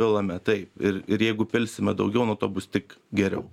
pilame taip ir ir jeigu pilsime daugiau nuo to bus tik geriau